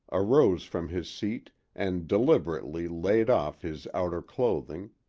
arose from his seat and deliberately laid off his outer clothing,